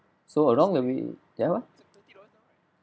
so along the way ya what